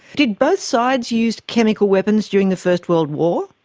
did both sides use chemical weapons during the first world war?